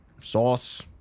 Sauce